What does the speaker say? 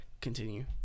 Continue